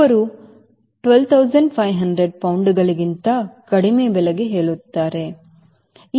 ಒಬ್ಬರು 12500 ಪೌಂಡ್ಗಳಿಗಿಂತ ಕಡಿಮೆ ಬೆಲೆಗೆ ಹೇಳುತ್ತಾರೆ